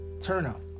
turnout